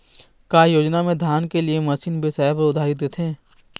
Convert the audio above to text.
का योजना मे धान के लिए मशीन बिसाए बर उधारी देथे?